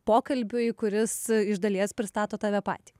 pokalbiui kuris iš dalies pristato tave patį